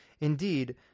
Indeed